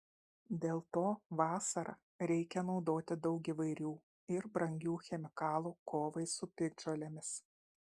dėl to vasarą reikia naudoti daug įvairių ir brangių chemikalų kovai su piktžolėmis